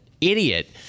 idiot